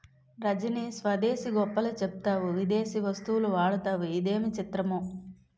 రజనీ స్వదేశీ గొప్పలు చెప్తావు విదేశీ వస్తువులు వాడతావు ఇదేమి చిత్రమో